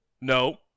no